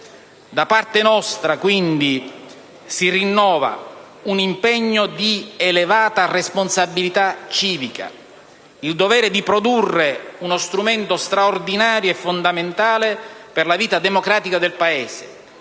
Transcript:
Da parte nostra, quindi, si rinnova un impegno di elevata responsabilità civica, il dovere di produrre uno strumento straordinario e fondamentale per la vita democratica del Paese